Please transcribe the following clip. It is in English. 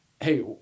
hey